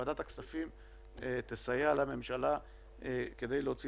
ועדת הכספים תסייע לממשלה כדי להוציא